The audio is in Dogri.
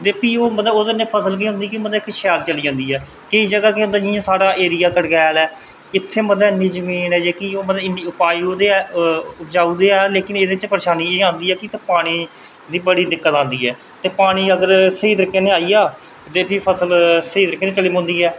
ते भी ओह्दे कन्नै फसल होंदी जेह्की ओह् शैल चली जंदी ऐ केईं जगह केह् होंदा कि जियां साढ़ा एरिया कड़कयाल ऐ इत्थें जेह्ड़ी जमीन ऐ ओह् इन्नी उपजाऊ ते ऐ लेकिन एह्दे च परेशानी एह् आंदी ऐ की इत्थें पानी दी बड़ी दिक्कत आंदी ऐ ते पानी अगर स्हेई तरीकै कन्नै आई जा ते भी फसल स्हेई तरीके कन्नै चली पौंदी ऐ